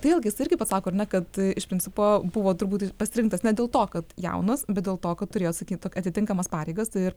tai vėlgi jis irgi pasako ar ne kad iš principo buvo turbūt ir pasirinktas ne dėl to kad jaunas bet dėl to kad turėjo sakyt atitinkamas pareigas tai ir